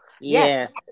Yes